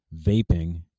vaping